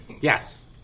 yes